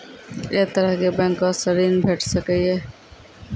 ऐ तरहक बैंकोसऽ ॠण भेट सकै ये?